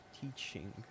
teaching